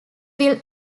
will